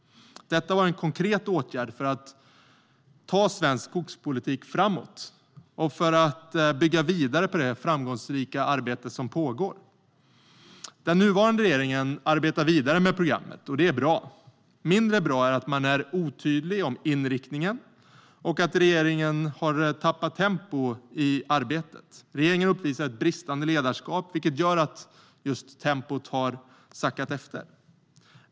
Detta var en konkret åtgärd för att ta svensk skogspolitik framåt och för att bygga vidare på det framgångsrika arbete som pågår. Den nuvarande regeringen arbetar vidare med programmet, och det är bra. Mindre bra är att man är otydlig om inriktningen och att regeringen har tappat tempo i arbetet. Regeringen uppvisar ett bristande ledarskap, vilket gör just att man har sackat efter.